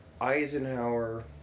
Eisenhower